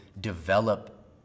develop